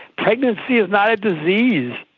pregnancy is not a disease.